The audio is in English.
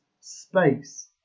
space